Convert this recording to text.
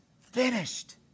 finished